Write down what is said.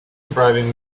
bribing